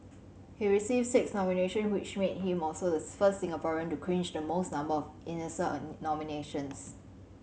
he received six nomination which made him also the first Singaporean to clinch the most number of Eisner nominations